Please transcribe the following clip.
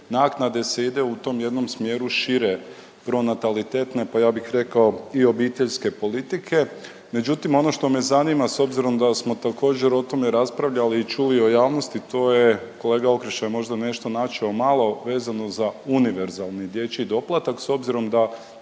naknade se ide u tom jednom smjeru šire pronatalitetne pa ja bih rekao i obiteljske politike. Međutim, ono što me zanima s obzirom da smo također o tome raspravljali i čuli o javnosti to je, kolega Okroša je možda nešto načuo malo vezano za univerzalni dječji doplatak s obzirom da